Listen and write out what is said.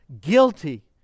guilty